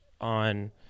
on